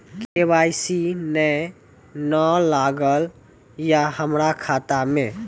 KYC ने न लागल या हमरा खाता मैं?